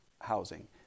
housing